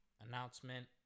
Announcement